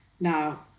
Now